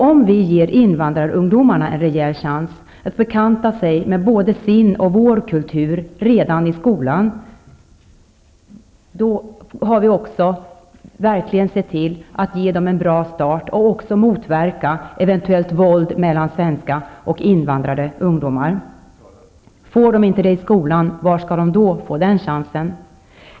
Om vi ger invandrarungdomarna en rejäl chans att bekanta sig med både sin och vår kultur redan i skolan har vi verkligen sett till att ge dem en bra start och motverkar också eventuellt våld mellan svenska och invandrade ungdomar. Får de inte den chansen i skolan -- var skall de då få den?